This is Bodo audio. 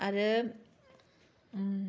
आरो